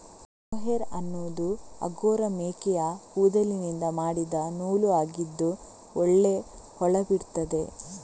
mohair ಅನ್ನುದು angora ಮೇಕೆಯ ಕೂದಲಿನಿಂದ ಮಾಡಿದ ನೂಲು ಆಗಿದ್ದು ಒಳ್ಳೆ ಹೊಳಪಿರ್ತದೆ